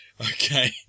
Okay